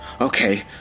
Okay